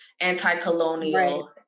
anti-colonial